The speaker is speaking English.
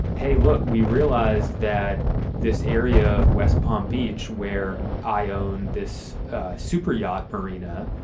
hey, look, we realized that this area of west palm beach, where i own this super yacht, marina,